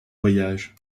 voyages